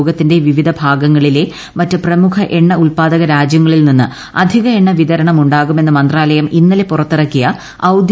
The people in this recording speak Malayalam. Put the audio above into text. ലോകത്തിന്റെ വിവിധ ഭാഗങ്ങളിലെ മറ്റ് പ്രമുഖ എണ്ണ ഉത്പാദക രാജ്യങ്ങളിൽ നിന്ന് അധിക എണ്ണ വിതരണം ഉണ്ടാകുമെന്ന് മന്ത്രാലയം ഇന്നലെ പുറത്തിറക്കിയ ഔദ്യോഗിക പ്രസ്താവനയിൽ പറയുന്നു